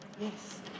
Yes